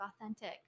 authentic